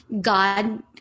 God